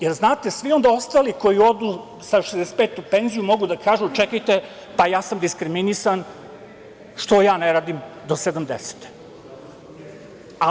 Jer, znate, svi onda ostali koji odu sa 65 godina u penziju, mogu da kažu - čekajte, ja sam diskriminisan, zašto ja ne radim do 70. godine?